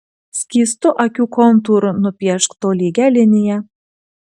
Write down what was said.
skystu akių kontūru nupiešk tolygią liniją